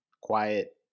quiet